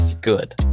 good